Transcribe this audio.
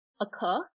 occur